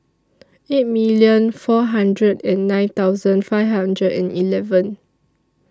eight million four hundred and nine thousand five hundred and eleven